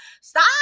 Stop